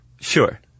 Sure